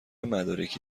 مدارکی